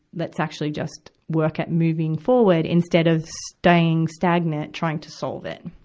that's actually just work at moving forward instead of staying stagnant trying to solve it.